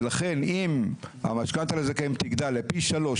ולכן אם המשכנתא לזכאים תגדל לפי שלוש,